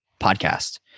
podcast